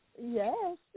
Yes